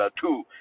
two